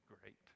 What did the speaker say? great